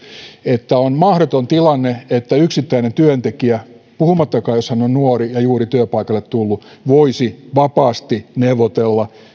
että on mahdoton tilanne että yksittäinen työntekijä puhumattakaan jos hän on nuori ja juuri työpaikalle tullut voisi vapaasti neuvotella